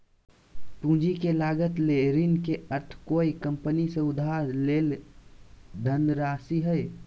पूंजी के लागत ले ऋण के अर्थ कोय कंपनी से उधार लेल धनराशि हइ